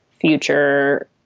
future